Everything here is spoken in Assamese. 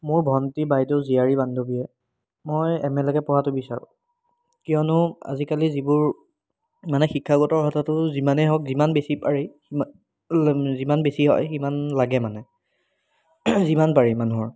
মোৰ ভণ্টি বাইদেউ জীয়াৰী বান্ধৱীয়ে মই এম এ লৈকে পঢ়াটো বিচাৰো কিয়নো আজিকালি যিবোৰ মানে শিক্ষাগত অৰ্হতাটো যিমানে হওক যিমান বেছি পাৰি সিমনা যিমান বেছি হয় সিমান লাগে মানে যিমান পাৰি মানুহৰ